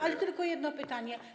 Ale tylko jedno pytanie.